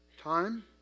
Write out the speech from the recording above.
time